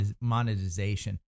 monetization